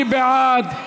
מי בעד?